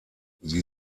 sie